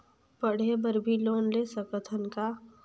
पढ़े बर भी लोन ले सकत हन का?